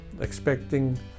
expecting